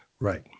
Right